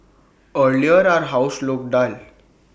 earlier our house looked dull